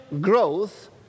growth